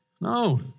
No